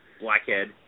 blackhead